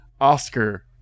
Oscar